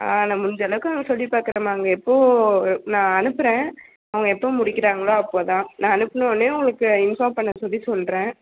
நான் முடிஞ்ச அளவுக்கு நான் சொல்லி பார்க்கறேம்மா அவங்க எப்போது நான் அனுப்புகிறேன் அவங்க எப்போது முடிக்கிறாங்களோ அப்போதான் நான் அனுப்பினொடன்னே உங்களுக்கு இன்ஃபார்ம் பண்ண சொல்லி சொல்கிறேன்